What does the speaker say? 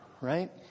right